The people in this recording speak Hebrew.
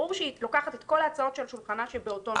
ברור שהיא לוקחת את כל ההצעות שעל שולחנה שבאותו נושא.